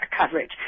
coverage